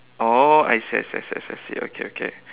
oh I see I see I see I see okay okay